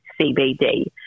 CBD